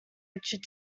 richard